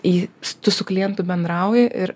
į tu su klientu bendrauji ir